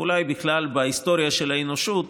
ואולי בכלל בהיסטוריה של האנושות,